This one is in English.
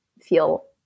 feel